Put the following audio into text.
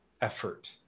effort